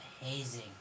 hazing